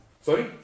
Sorry